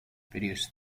videos